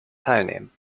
teilnehmen